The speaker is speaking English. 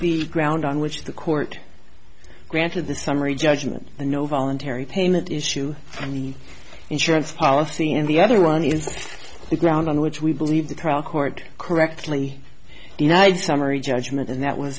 the ground on which the court granted the summary judgment and no voluntary pain that issue from the insurance policy and the other one is the ground on which we believe the trial court correctly united summary judgment and that was